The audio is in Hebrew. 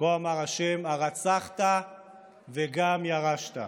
כה אמר ה' הרצחת וגם ירשת".